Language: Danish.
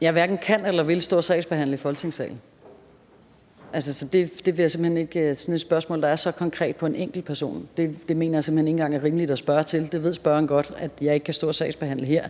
Jeg hverken kan eller vil stå og sagsbehandle i Folketingssalen. Altså, sådan et spørgsmål, der er så konkret på en enkeltperson, mener jeg simpelt hen ikke engang er rimeligt at stille. Det ved spørgeren godt at jeg ikke kan stå og sagsbehandle her.